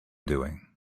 doing